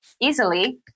easily